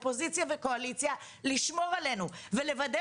אופוזיציה וקואליציה לשמור עלינו ולוודא